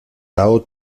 tao